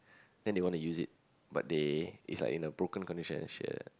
then they wanna use it but they is like in a broken condition and share